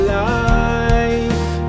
life